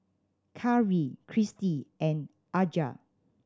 Karri Cristy and Aja